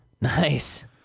Nice